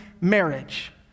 marriage